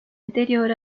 anterior